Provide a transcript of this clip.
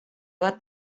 let